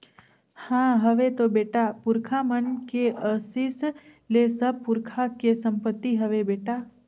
हां हवे तो बेटा, पुरखा मन के असीस ले सब पुरखा के संपति हवे बेटा